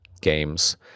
games